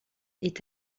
est